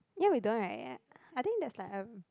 ya we don't [right] I think there's like a